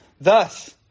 thus